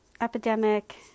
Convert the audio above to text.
epidemic